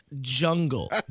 jungle